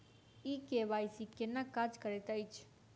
ई KYC केना काज करैत अछि?